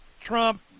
Trump